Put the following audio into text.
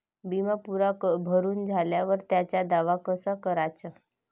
बिमा पुरा भरून झाल्यावर त्याचा दावा कसा कराचा?